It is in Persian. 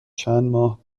چندماه